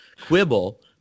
quibble